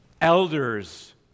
elders